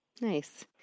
Nice